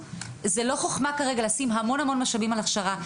זאת לא חוכמה כרגע לשים המון משאבים על הכשרה.